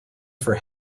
for